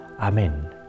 Amen